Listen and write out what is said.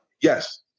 Yes